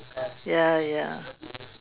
ya ya